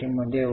F म्हणजे काय